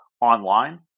online